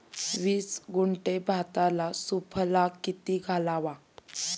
वीस गुंठे भाताला सुफला किती घालावा?